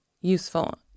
useful